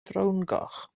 frowngoch